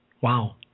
Wow